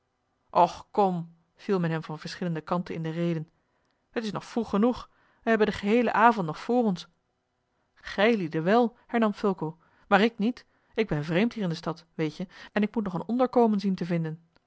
och kom viel men hem van verschillende kanten in de rede t is nog vroeg genoeg wij hebben den geheelen avond nog vr ons gijlieden wel hernam fulco maar ik niet ik ben vreemd hier in de stad weet-je en ik moet nog een onderkomen zien te vinden